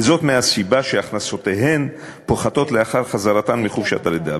וזאת מהסיבה שהכנסותיהן פוחתות לאחר חזרתן מחופשת הלידה.